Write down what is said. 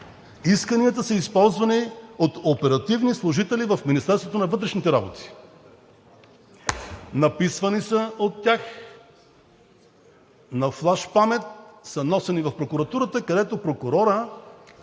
Исканията са използвани от оперативни служители в Министерството на вътрешните работи, написвани са от тях на флаш памет и са носени в прокуратурата, където прокурорът